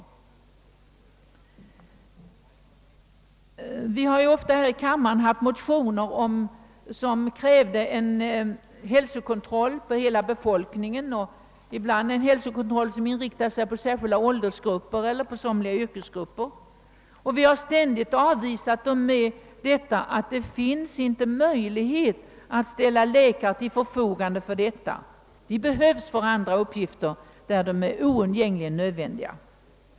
Det har här i riksdagen ofta väckts motioner vari krävts hälsokontroll för hela befolkningen och ibland hälsokontroll som inriktat sig på särskilda ålderseller yrkesgrupper, och vi har ständigt avslagit dem med hänvisning till att det inte finns möjlighet att ställa läkare till förfogande härför — de behövs för andra uppgifter, där de är oundgängligen nödvändiga.